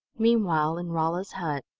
meanwhile, in rolla's hut,